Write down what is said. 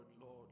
Lord